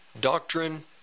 doctrine